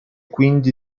quindi